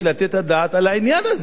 לא יכול להיות דבר כזה.